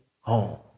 home